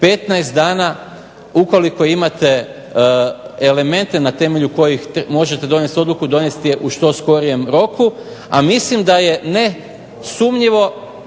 15 dana ukoliko imate elemente na temelju kojih možete donijeti odluku donesti je u što skorijem roku a mislim da je nesumnjivo